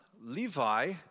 Levi